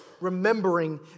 Remembering